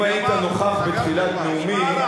אם היית נוכח בתחילת נאומי,